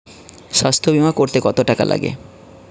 স্বাস্থ্যবীমা করতে কত টাকা লাগে?